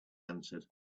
answered